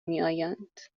میآیند